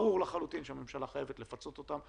ברור לחלוטין שהממשלה חייבת לפצות אותם,